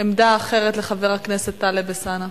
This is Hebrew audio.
עמדה אחרת, טלב אלסאנע.